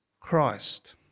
Christ